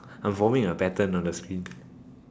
I vomit a pattern on the skin